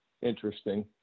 interesting